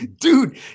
dude